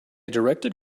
directed